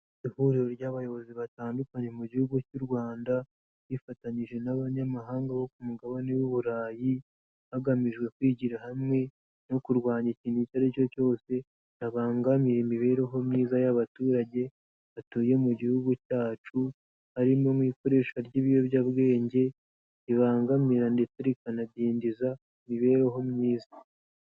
Ihuriro ry'abayobozi batandukanye mu gihugu cy'u Rwanda, bifatanyije n'abanyamahanga bo ku mugabane w'Uburayi, hagamijwe kwigira hamwe no kurwanya ikintu icyo ari cyo cyose cyabangamira imibereho myiza y'abaturage batuye mu gihugu cyacu, harimo nk' ikoreshwa ry'ibiyobyabwenge ribangamira ndetse rikanadindiza imibereho myiza.